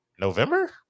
November